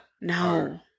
No